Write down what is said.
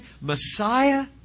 Messiah